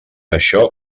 això